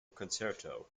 concerto